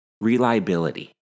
reliability